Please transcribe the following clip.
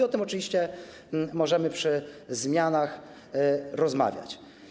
O tym oczywiście możemy przy zmianach rozmawiać.